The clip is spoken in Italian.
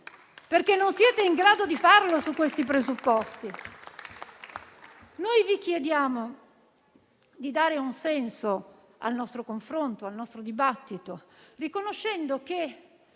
perché non siete in grado di farlo su questi presupposti. Noi vi chiediamo di dare un senso al nostro confronto e al nostro dibattito, riconoscendo che